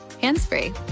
hands-free